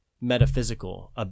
metaphysical